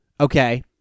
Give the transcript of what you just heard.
okay